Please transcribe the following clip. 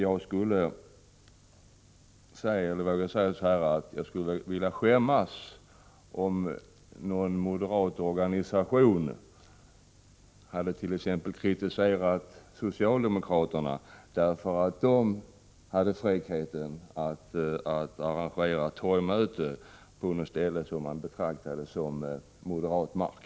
Jag vågar säga att jag skulle skämmas om någon moderat organisation t.ex. hade kritiserat socialdemokraterna därför att de hade ”fräckheten” att arrangera torgmöte på något ställe som man betraktade som moderat mark.